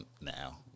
Now